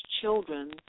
children –